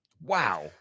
Wow